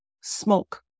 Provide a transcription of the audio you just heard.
smoke